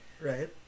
Right